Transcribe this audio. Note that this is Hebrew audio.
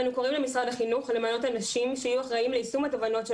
אנו קוראים למשרד החינוך למנות אנשים שיהיו אחראים ליישום התובנות של